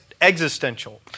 existential